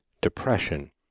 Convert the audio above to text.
depression